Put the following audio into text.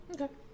Okay